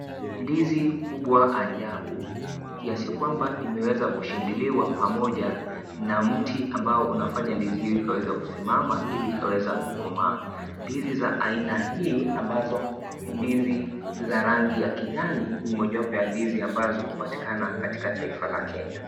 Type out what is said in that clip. Ndizi kubwa ajabu kiasi kwamba inaweza kushindiliwa pamoja na mti ambao inafanya ndizi hii kaweza kusimama ili ikaweza kukomaa. Ndizi za aina hii ambazo ni ndizi za rangi ya kijani ni mojawapo ya ndizi ambazo hubatikana katika Taifa la Kenya.